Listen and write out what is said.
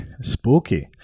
Spooky